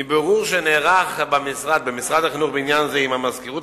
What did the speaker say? מבירור שנערך במשרד החינוך בעניין זה עם המזכירות